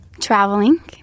traveling